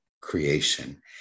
creation